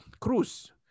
Cruz